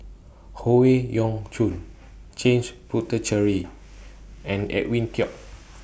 Howe Yoon Chong James Puthucheary and Edwin Koek